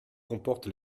comporte